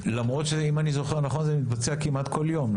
למרות שאם אני זוכר נכון זה מתבצע כמעט כל יום,